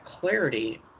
clarity